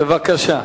בבקשה.